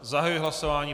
Zahajuji hlasování.